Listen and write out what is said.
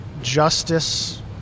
justice